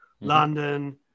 london